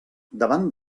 davant